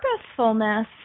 purposefulness